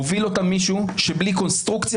מוביל אותה מישהו שבלי קונסטרוקציה